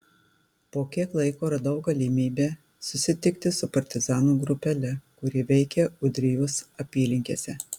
po kiek laiko radau galimybę susitikti su partizanų grupele kuri veikė ūdrijos apylinkėse